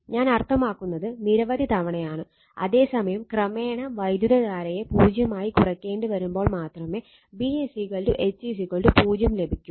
ഞാൻ അർത്ഥമാക്കുന്നത് നിരവധി തവണയാണ് അതേ സമയം ക്രമേണ വൈദ്യുതധാരയെ പൂജ്യമായി കുറയ്ക്കേണ്ടി വരുമ്പോൾ മാത്രമേ B H 0 ലഭിക്കൂ